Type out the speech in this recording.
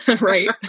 right